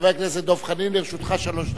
חבר הכנסת דב חנין, לרשותך שלוש דקות.